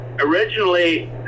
Originally